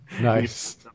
Nice